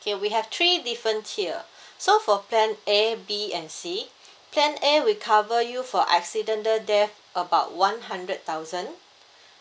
okay we have three different tier so for plan A B and C plan A we cover you for accidental death about one hundred thousand